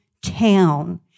town